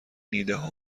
ایدهها